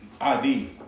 ID